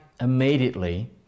immediately